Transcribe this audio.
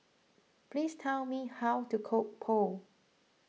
please tell me how to cook Pho